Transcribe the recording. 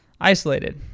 isolated